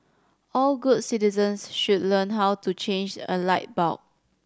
all good citizens should learn how to change a light bulb